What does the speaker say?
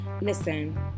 listen